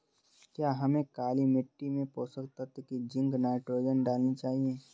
क्या हमें काली मिट्टी में पोषक तत्व की जिंक नाइट्रोजन डालनी चाहिए?